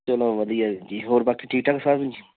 ਚਲੋ ਵਧੀਆ ਜੀ ਹੋਰ ਬਾਕੀ ਠੀਕ ਠਾਕ ਸਭ ਜੀ